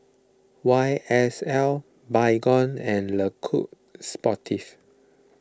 Y S L Baygon and Le Coq Sportif